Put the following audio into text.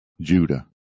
Judah